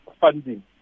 funding